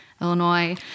Illinois